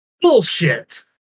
Bullshit